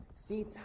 See